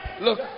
Look